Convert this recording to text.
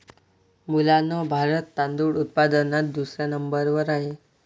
मुलांनो भारत तांदूळ उत्पादनात दुसऱ्या नंबर वर आहे